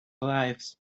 lives